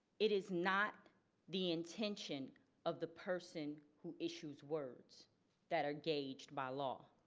it is not the intention of the person who issues words that are gauged by law.